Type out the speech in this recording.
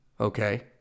Okay